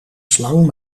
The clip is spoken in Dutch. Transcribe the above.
slang